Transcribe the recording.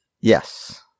Yes